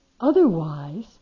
Otherwise